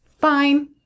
fine